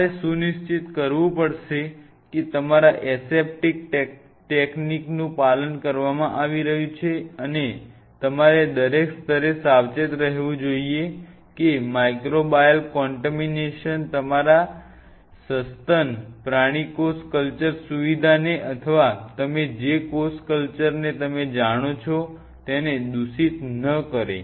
તમારે સુનિશ્ચિત કરવું પડશે કે તમામ એસેપ્ટીક તકનીકોનું પાલન કરવામાં આવી રહ્યું છે અને તમારે દરેક સ્તરે સાવચેત રહેવું જોઈએ કે માઇક્રોબાયલ કોન્ટમિનેશન તમારા સસ્તન પ્રાણી કોષ કલ્ચર સુવિધાને અથવા તમે જે કોષ કલ્ચરને તમે જાણો છો તેને દૂષિત ન કરે